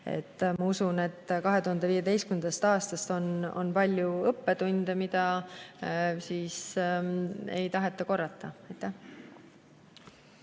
Ma usun, et 2015. aastast on palju õppetunde, mida ei taheta korrata.